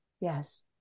yes